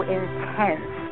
intense